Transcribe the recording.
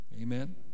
Amen